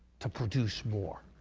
to produce more.